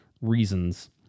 reasons